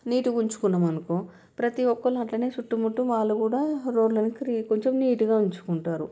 నీటుగా ఉంచుకున్నాం అనుకో ప్రతి ఒక్కరు అట్లనే చుట్టుముట్టు వాళ్ళు కూడా రోడ్లన్నీ కొంచెం నీట్గా ఉంచుకుంటారు